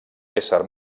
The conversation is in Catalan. ésser